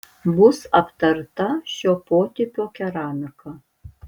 bus aptarta šio potipio keramika